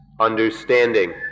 understanding